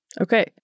Okay